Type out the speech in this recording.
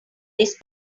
these